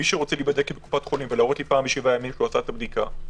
מי שרוצה להיבדק בקופת חולים ולהראות פעם בשבעה ימים שעשה את הבדיקה,